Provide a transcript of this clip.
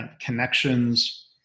connections